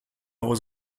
was